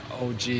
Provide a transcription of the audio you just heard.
og